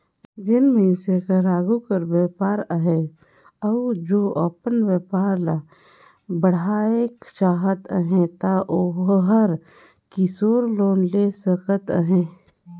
जेन मइनसे कर आघु कर बयपार अहे अउ ओ अपन बयपार ल बढ़ाएक चाहत अहे ता ओहर किसोर लोन ले सकत अहे